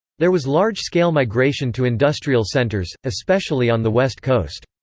there was large-scale migration to industrial centers, especially on the west coast.